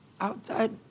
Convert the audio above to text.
outside